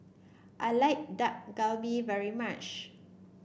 I like Dak Galbi very much